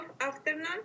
afternoon